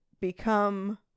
become